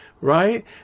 Right